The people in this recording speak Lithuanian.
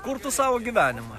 kurtų savo gyvenimą